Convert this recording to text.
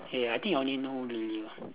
eh I think I only know William